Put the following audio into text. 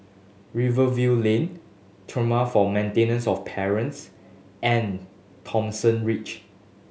Rivervale Lane Tribunal for Maintenance of Parents and Thomson Ridge